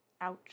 Ouch